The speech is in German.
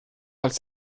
als